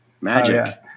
Magic